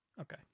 Okay